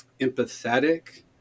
empathetic